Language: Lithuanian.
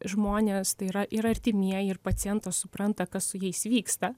žmonės tai yra ir artimieji ir pacientas supranta kas su jais vyksta